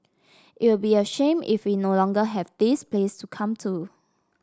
it'll be a shame if we no longer have this place to come to